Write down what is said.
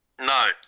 No